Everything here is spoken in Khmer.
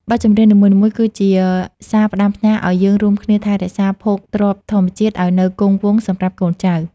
បទចម្រៀងនីមួយៗគឺជាសារផ្ដាំផ្ញើឱ្យយើងរួមគ្នាថែរក្សាភោគទ្រព្យធម្មជាតិឱ្យនៅគង់វង្សសម្រាប់កូនចៅ។